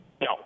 No